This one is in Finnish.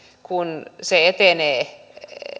kun se etenee